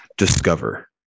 discover